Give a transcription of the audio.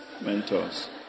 Mentors